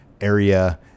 area